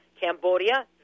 Cambodia